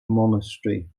monastery